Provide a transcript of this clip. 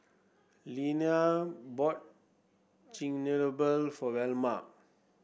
Iliana bought Chigenabe for Velma